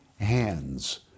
hands